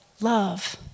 love